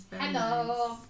Hello